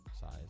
size